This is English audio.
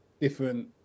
different